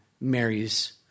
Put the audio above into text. Mary's